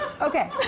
Okay